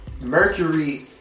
Mercury